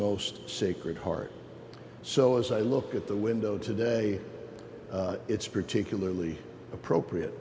most sacred heart so as i look at the window today it's particularly appropriate